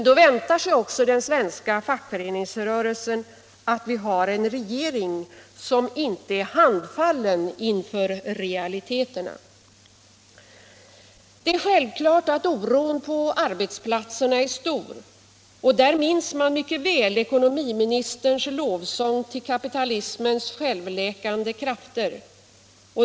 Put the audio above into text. Då väntar sig också den svenska fackföreningsrörelsen att vi har en regering som inte är handfallen inför realiteterna. Det är självklart att oron på arbetsplatserna är stor. Där minns man debatt Allmänpolitisk debatt mycket väl ekonomiministerns lovsång till ”kapitalismens självläkande krafter”.